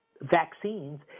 vaccines